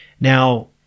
now